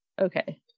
Okay